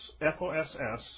F-O-S-S